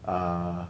ah